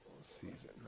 season